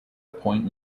point